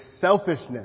selfishness